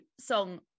song